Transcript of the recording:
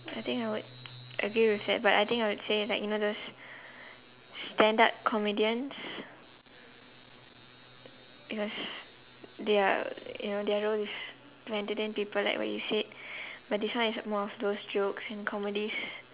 I think I would agree with that but I think I would say like you know those stand up comedians because their you know their role is to entertain people like what you said but this one is more of those jokes in comedies